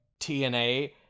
TNA